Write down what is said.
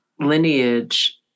lineage